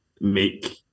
make